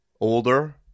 Older